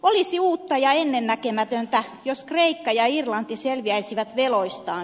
olisi uutta ja ennennäkemätöntä jos kreikka ja irlanti selviäisivät veloistaan